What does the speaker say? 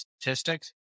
statistics